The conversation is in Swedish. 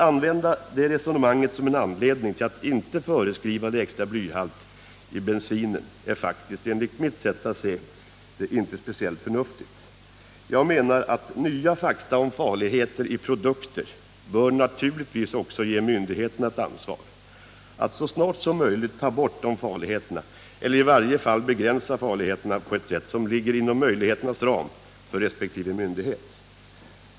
Myndigheterna skall vid upphandling utnyttja förefintliga konkurrensmöjligheter och även i övrigt iaktta affärsmässighet samt behandla anbud och anbudsgivare objektivt.” Jag menar att nya fakta om farligheter i produkter naturligtvis också bör ge myndigheterna ett ansvar att så snart som möjligt ta bort de farligheterna, eller i varje fall begränsa dem på ett sätt som ligger inom möjligheternas ram för resp. myndighet.